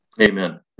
Amen